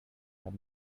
have